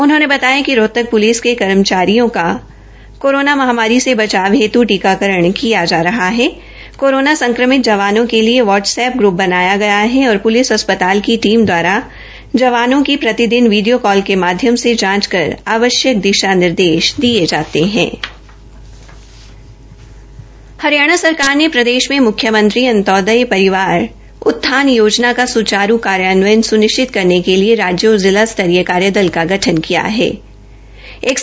उन्होंने बताया कि रोहतक पुलिस के कर्मचारियों को कोरोना महामारी से बचाव हेत् टीकाकरण किया जा रहा हा कोरोना संक्रमित जवानों के लिए वाट्सएप्प ग्रुप बनाया गया ह और पृलिस अस्पताल की टीम दवारा जवानों की प्रतिदिन वीडियो कॉल के माध्यम से जांच कर आवश्यक दिशा निर्देश दिये जाते है हरियाणा सरकार ने प्रदेश में मृख्यमंत्री अंत्योदय परिवार उत्थान योजना का सुचारू क्रायान्वयन सुनिश्चित करने के लिए राज्य और जिला स्तरीय कार्यदल का गठन किया हण सामाजिक न्याय एवं अधिकारिता विभाग इस योजना के लिए नोडल विभाग होगा